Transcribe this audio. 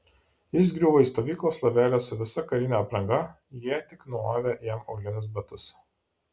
jis griuvo į stovyklos lovelę su visa karine apranga jie tik nuavė jam aulinius batus